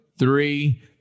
Three